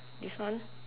this one